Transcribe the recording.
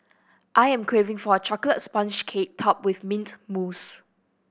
I am craving for a chocolate sponge cake topped with mint mousse